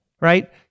Right